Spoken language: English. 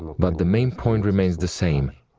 but the main point remains the same,